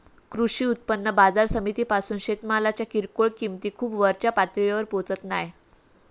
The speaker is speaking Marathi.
कृषी उत्पन्न बाजार समितीपासून शेतमालाच्या किरकोळ किंमती खूप वरच्या पातळीवर पोचत नाय